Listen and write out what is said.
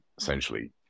essentially